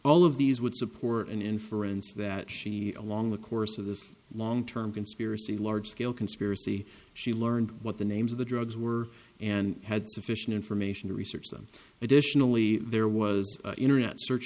all of these would support an inference that she along the course of this long term conspiracy large scale conspiracy she learned what the names of the drugs were and had sufficient information to research them additionally there was internet search